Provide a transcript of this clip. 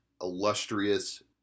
illustrious